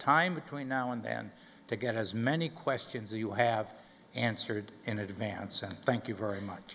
time between now and then to get as many questions you have answered in advance and thank you very much